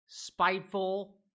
Spiteful